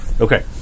Okay